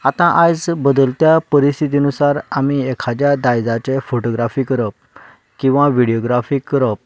आतां आयज बदलत्या परिस्थिती नुसार आमी एखाद्या दायजाचे फोटोग्राफी करप किंवा विडिओग्राफी करप